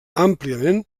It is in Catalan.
àmpliament